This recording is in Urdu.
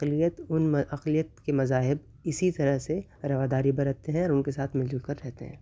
اقلیت ان اقلیت کے مذاہب اسی طرح سے رواداری برتتے ہیں اور ان کے ساتھ مل جل کر رہتے ہیں